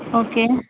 okay